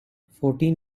fourteen